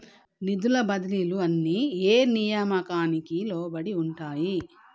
నిధుల బదిలీలు అన్ని ఏ నియామకానికి లోబడి ఉంటాయి?